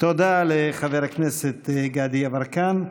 תודה לחבר הכנסת היא גדי יברקן.